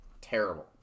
Terrible